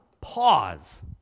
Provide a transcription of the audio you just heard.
Pause